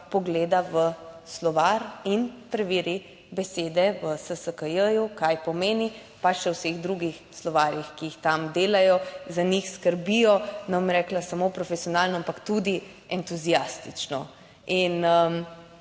pogleda v slovar in preveri besede v SSKJ, kaj pomeni, pa še v vseh drugih slovarjih, ki jih tam delajo, za njih skrbijo, ne bom rekla samo profesionalno, ampak tudi entuziastično in